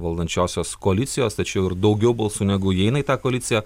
valdančiosios koalicijos tačiau ir daugiau balsų negu įeina į tą koaliciją